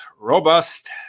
robust